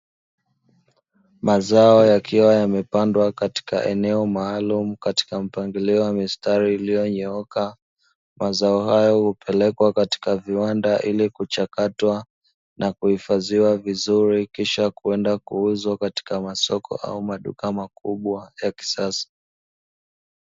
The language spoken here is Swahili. Mazao yakiwa yamepandwa katika eneo maalumu katika mpangilio wa mistari iliyonyooka mazao hayo hupelekwa katika viwanda ili kuchakatwa na kuhifadhiwa vizuri kisha kwenda kuuzwa katika masoko au maduka makubwa ya kisasa.